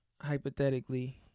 hypothetically